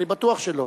אני בטוח שלא.